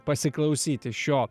pasiklausyti šio